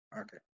Okay